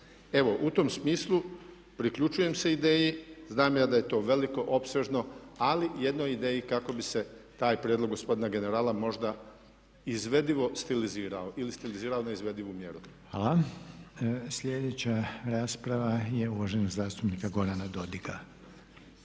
Eto u tom smislu priključujem se ideji, znam ja da je to veliko, opsežno, ali jednoj ideji kako bi se taj prijedlog gospodina generala možda izvedivo stilizirao ili stilizirao na izvedivu mjeru. **Reiner, Željko (HDZ)** Hvala. Sljedeća rasprava je uvaženog zastupnika Gorana Dodiga.